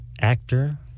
actor